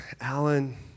Alan